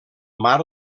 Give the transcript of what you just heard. mar